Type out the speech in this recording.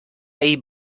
ahir